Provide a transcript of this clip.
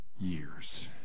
years